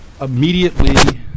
Immediately